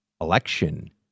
election